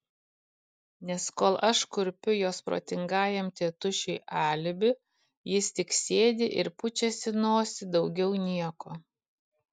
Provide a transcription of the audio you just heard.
nes kol aš kurpiu jos protingajam tėtušiui alibi jis tik sėdi ir pučiasi nosį daugiau nieko